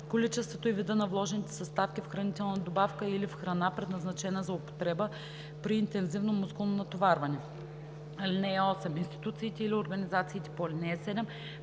количеството и вида на вложените съставки в хранителна добавка или в храна, предназначена за употреба при интензивно мускулно натоварване. (8) Институциите или организациите по ал. 7